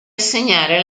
assegnare